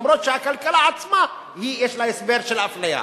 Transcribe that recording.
אף שלכלכלה עצמה יש הסבר של אפליה.